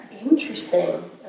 Interesting